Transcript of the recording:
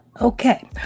Okay